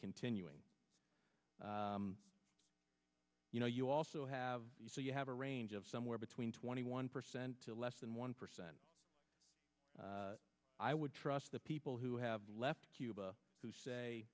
continuing you know you also have so you have a range of somewhere between twenty one percent to less than one percent i would trust the people who have left cuba who say